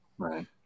Right